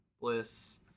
Bliss